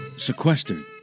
sequestered